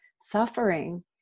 suffering